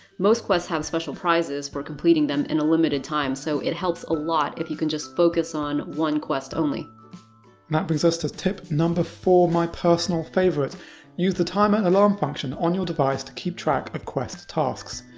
most quests have special prizes for completing them in a limited time, so it helps a lot if you can just focus on one quest only. and that brings us to tip number four, my personal favorite use the timer and alarm function on your device to keep track of quest tasks.